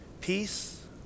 Peace